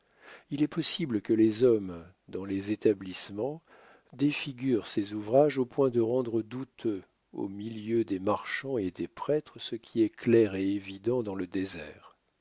il est possible que les hommes dans les établissements défigurent ses ouvrages au point de rendre douteux au milieu des marchands et des prêtres ce qui est clair et évident dans le désert